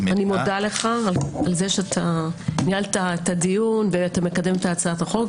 אני מודה לך על זה שניהלת את הדיון ואתה מקדם את הצעת החוק.